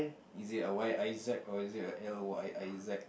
is it a Y I Z or is it a L Y I Z